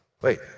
Wait